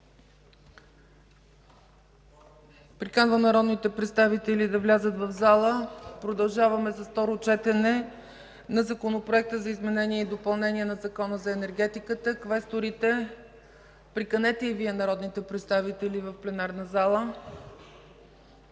Приканвам народните представители да влязат в залата. Продължаваме с второто четене на Законопроекта за изменение и допълнение на Закона за енергетиката. Квесторите, приканете и Вие народите представители в пленарната зала.